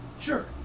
sure